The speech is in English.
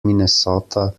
minnesota